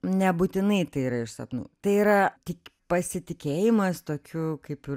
nebūtinai tai yra iš sapnų tai yra tik pasitikėjimas tokiu kaip ir